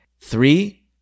Three